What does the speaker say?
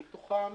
מתוכם